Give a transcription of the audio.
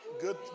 Good